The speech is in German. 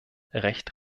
recht